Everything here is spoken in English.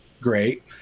Great